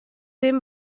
dem